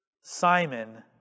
Simon